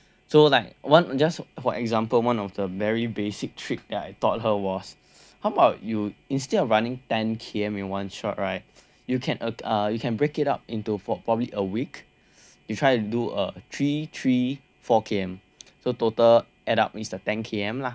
so like one just for example one of the very basic trick that I thought her was how about you instead of running ten K_M in one shot right you can uh you can break it up into for probably a week you try to do a three three four K_M so total add up is ten K_M lah